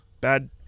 bad